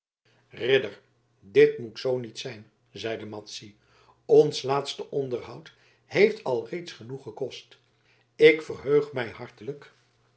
ridder dit moet zoo niet zijn zeide madzy ons laatste onderhoud heeft al reeds genoeg gekost ik verheug mij hartelijk